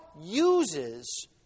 uses